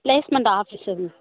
placement office இது